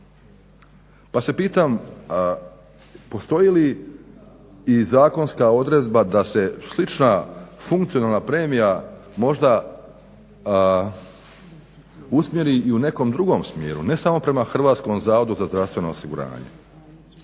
Pa se pitam, postoji li i zakonska odredba da se slična funkcionalna premija možda usmjeri i u nekom drugom smjeru, ne samo prema Hrvatskom zavodu za zdravstveno osiguranje?